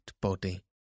body